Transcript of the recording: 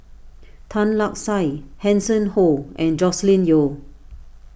Tan Lark Sye Hanson Ho and Joscelin Yeo